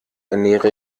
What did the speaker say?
ernähre